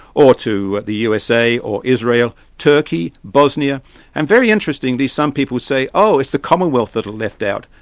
or to the usa, or israel, turkey, bosnia and very interestingly, some people say, oh, it's the commonwealth that are left out'.